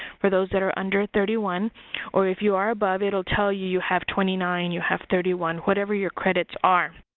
for those that are under thirty one or if you are above it'll tell you you have twenty nine, you have thirty one, whatever your credits are.